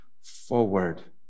forward